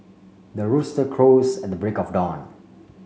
the rooster crows at the break of dawn